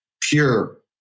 pure